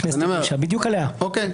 שוריינה, פירושה שנקבע בה -- ברוב של 61?